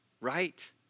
right